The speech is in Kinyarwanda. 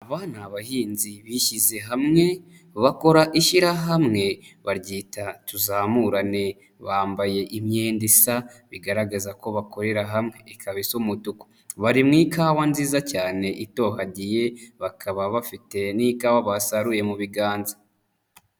Aba ni abahinzi bishyize hamwe bakora ishyirahamwe baryita tuzamurane, bambaye imyenda isa bigaragaza ko bakorera hamwe ikaba isa umutuku bari mu ikawa nziza cyane itohagiye bakaba bafite n'ikawa basaruye mu biganza.